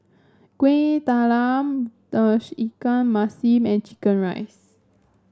Kueh Talam Tauge Ikan Masin and chicken rice